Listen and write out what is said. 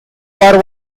war